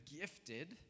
gifted